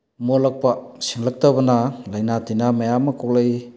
ꯃꯣꯠꯂꯛꯄ ꯁꯦꯡꯂꯛꯇꯕꯅ ꯂꯥꯏꯅꯥ ꯇꯤꯟꯅ ꯃꯌꯥꯝ ꯑꯃ ꯀꯣꯛꯂꯛꯏ